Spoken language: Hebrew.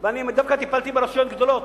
אני דווקא טיפלתי ברשויות גדולות,